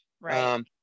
right